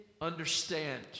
understand